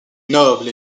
noble